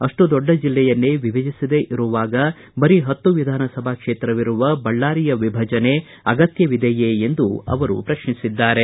ಅಷ್ಟು ದೊಡ್ಡ ಜಿಲ್ಲೆಯನ್ನೇ ವಿಭಜಿಸದೆ ಇರುವಾಗ ಬರೀ ಪತ್ತು ವಿಧಾನಸಭಾ ಕ್ಷೇತ್ರವಿರುವ ಬಳ್ಳಾರಿಯ ವಿಭಜನೆಯ ಅಗತ್ಯವಿದೆಯೇ ಎಂದೂ ಅವರು ಪ್ರಶ್ನಿಸಿದ್ದಾರೆ